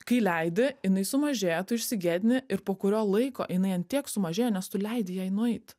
kai leidi jinai sumažėja tu išsigėdini ir po kurio laiko jinai ant tiek sumažėja nes tu leidi jai nueit